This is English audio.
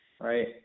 right